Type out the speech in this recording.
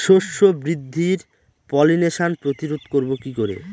শস্য বৃদ্ধির পলিনেশান প্রতিরোধ করব কি করে?